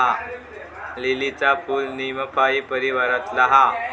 लीलीचा फूल नीमफाई परीवारातला हा